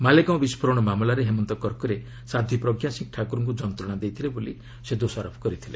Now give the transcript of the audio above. ମାଲେଗାଓଁ ବିସ୍ଫୋରଣ ମାମଲାରେ ହେମନ୍ତ କର୍କରେ ସାଧ୍ୱୀ ପ୍ରଞ୍ଜାସିଂହ ଠାକୁରଙ୍କୁ ଯନ୍ତ୍ରଣା ଦେଇଥିଲେ ବୋଲି ସେ ଦୋଷାରୋପ କରିଥିଲେ